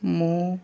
ମୁଁ